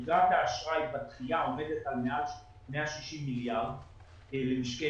יתרת האשראי בדחייה עומדת על מעל 160 מיליארד למשקי